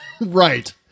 Right